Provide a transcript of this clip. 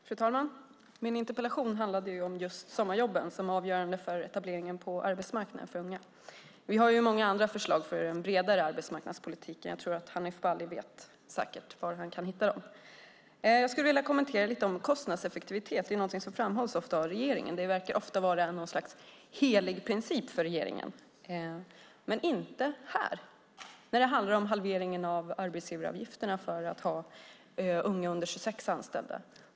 Fru talman! Min interpellation handlade om just sommarjobben, som är avgörande för etableringen på arbetsmarknaden för unga. Vi har många andra förslag för en bredare arbetsmarknadspolitik, och jag tror att Hanif Bali säkert vet var han kan hitta dem. Jag skulle lite grann vilja kommentera kostnadseffektivitet. Det är någonting som ofta framhålls av regeringen. Det verkar ofta vara något slags helig princip för regeringen, men inte när det handlar om halveringen av arbetsgivaravgifterna för att ha unga under 26 år anställda.